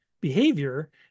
behavior